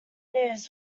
news